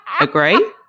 Agree